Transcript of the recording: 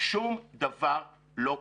שום דבר לא קרה.